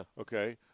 Okay